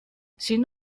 sin